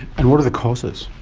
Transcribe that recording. and what are the causes?